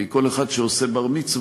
כי כל אחד שעושה בר-מצווה,